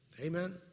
Amen